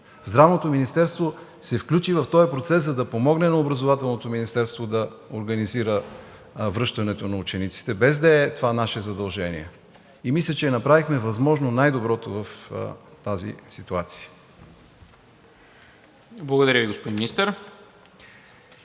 Здравното министерство се включи в този процес, за да помогне на Образователното министерство да организира връщането на учениците, без да е това наше задължение. И мисля, че направихме възможно най-доброто в тази ситуация. ПРЕДСЕДАТЕЛ НИКОЛА МИНЧЕВ: Благодаря Ви, господин Министър.